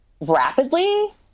rapidly